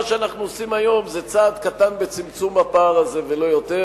מה שאנחנו עושים היום זה צעד קטן בצמצום הפער הזה ולא יותר,